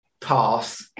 path